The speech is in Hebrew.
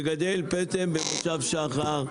פטם במושב שחר,